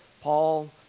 Paul